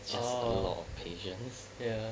orh ya